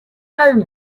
home